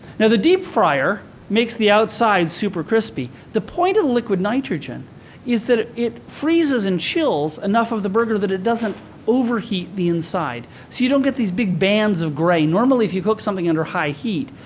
now, the deep fryer makes the outside super crispy. the point of the liquid nitrogen is that it freezes and chills enough of the burger that it doesn't overheat the inside, so you don't get these big bands of gray. normally, if you cook something under high heat,